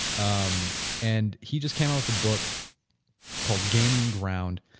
um and he just came out with the book called gaining ground,